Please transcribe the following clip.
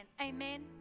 Amen